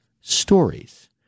stories